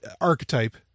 archetype